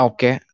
Okay